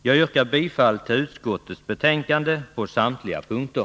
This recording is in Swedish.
Jag yrkar bifall till utskottets hemställan på samtliga punkter.